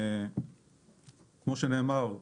כמו שנאמר,